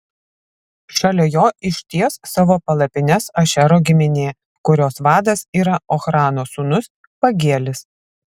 šalia jo išties savo palapines ašero giminė kurios vadas yra ochrano sūnus pagielis